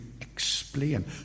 explain